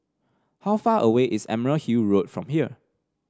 how far away is Emerald Hill Road from here